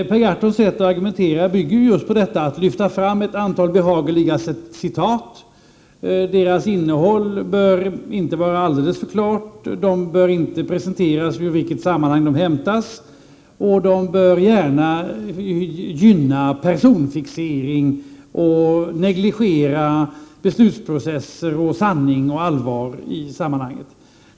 Per Gahrtons sätt att argumentera bygger just på att lyfta fram ett antal behagliga citat. Deras innehåll bör inte vara alldeles klart. Det bör inte presenteras ur vilket sammanhang de hämtas. Och de bör gärna gynna personfixering och negligera beslutsprocesser och sanning och allvar i sammanhanget.